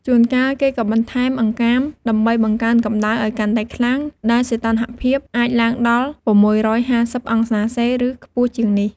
ជួនកាលគេក៏បន្ថែមអង្កាមដើម្បីបង្កើនកំដៅឱ្យកាន់តែខ្លាំង ដែលសីតុណ្ហភាពអាចឡើងដល់ ៦៥០ អង្សាសេ ឬខ្ពស់ជាងនេះ។